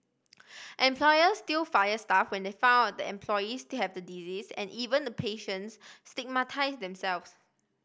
employers still fire staff when they find out the employees they have the disease and even the patients stigmatise themselves